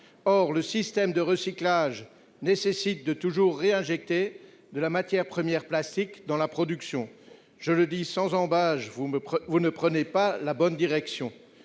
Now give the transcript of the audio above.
Or le système de recyclage nécessite de toujours réinjecter de la matière première plastique dans la production. Je le dis sans ambages : vous ne prenez pas la bonne direction.